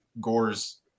Gore's